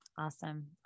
Awesome